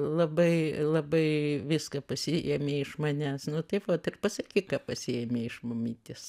labai labai viską pasiėmei iš manęs nu tai vot ir pasakyk ką pasiėmei iš mamytės